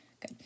Good